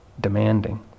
demanding